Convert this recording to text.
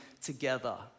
together